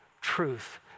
truth